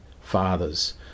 fathers